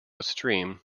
stream